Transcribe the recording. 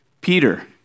Peter